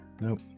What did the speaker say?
Nope